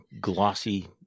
glossy